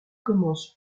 commence